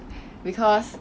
because